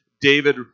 David